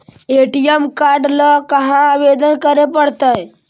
ATM card ल कहा आवेदन करे पड़तै?